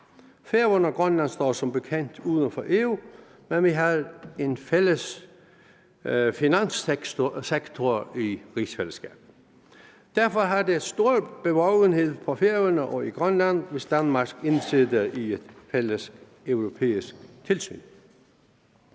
Færøerne og Grønland står som bekendt uden for EU, men vi har en fælles finanssektor i rigsfællesskabet. Derfor har det stor bevågenhed på Færøerne og i Grønland, om Danmark indtræder i et fælles europæisk tilsyn.